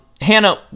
Hannah